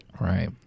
Right